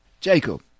Jacob